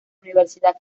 universidad